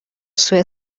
سوء